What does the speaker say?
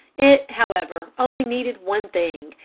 it however only needed one thing,